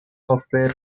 software